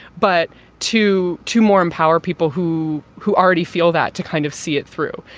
but to to more empower people who who already feel that to kind of see it through.